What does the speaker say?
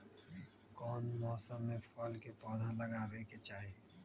कौन मौसम में फल के पौधा लगाबे के चाहि?